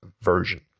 version